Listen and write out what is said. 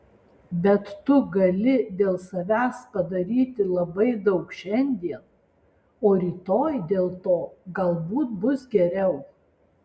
bet tu gali dėl savęs padaryti labai daug šiandien o rytoj dėl to galbūt bus geriau